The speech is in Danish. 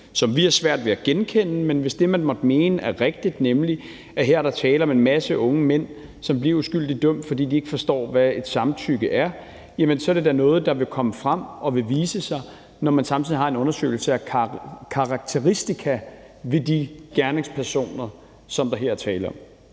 har vi svært ved at genkende det. Hvis det, man måtte mene, er rigtigt, nemlig at der her tale om en mase unge mænd, som bliver uskyldigt dømt, fordi de ikke forstår, hvad et samtykke er, er det da noget, der vil komme frem og vil vise sig, når man samtidig har en undersøgelse af karakteristika ved de gerningspersoner, der her er tale om.